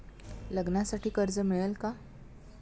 लग्नासाठी कर्ज मिळेल का?